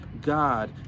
God